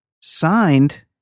signed